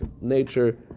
nature